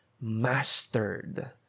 mastered